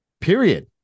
period